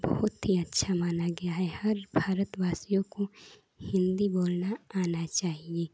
बहुत ही अच्छी मानी गई है हर भारतवासियों को हिन्दी बोलना आनी चाहिए